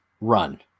run